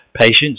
patients